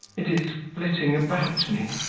it is flitting about me,